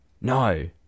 no